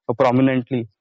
prominently